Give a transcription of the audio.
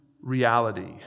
reality